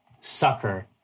sucker